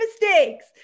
mistakes